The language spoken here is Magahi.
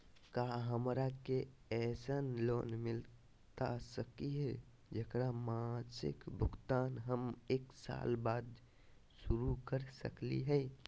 का हमरा के ऐसन लोन मिलता सकली है, जेकर मासिक भुगतान हम एक साल बाद शुरू कर सकली हई?